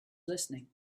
listening